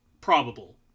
Probable